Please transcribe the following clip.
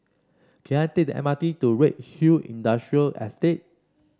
can I take the M R T to Redhill Industrial Estate